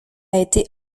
été